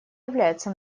является